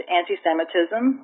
anti-Semitism